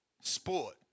sport